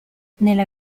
nella